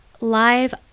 live